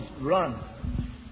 run